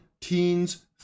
teens